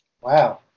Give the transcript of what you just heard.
Wow